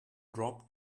drop